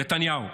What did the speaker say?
נתניהו.